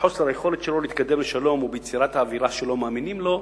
בחוסר היכולת שלו להתקדם לשלום וביצירת האווירה שלא מאמינים לו,